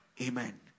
Amen